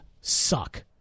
suck